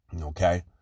Okay